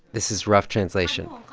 this is rough translation.